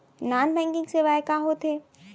non banking सेवाएं का होथे